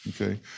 Okay